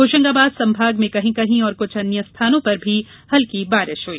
होशंगाबाद संभाग में कहीं कहीं और कुछ अन्य स्थानों पर भी हल्की बारिश हई